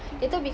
mmhmm